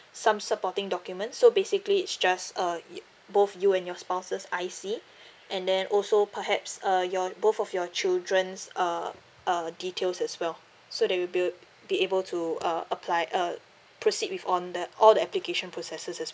some supporting documents so basically it's just uh you both you and your spouse's I_C and then also perhaps uh your both of your children's uh uh details as well so they will be a~ be able to uh apply uh proceed with on the all the application processes as